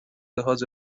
لحاظ